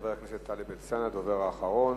חבר הכנסת טלב אלסאנע, הדובר האחרון.